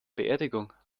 beerdigung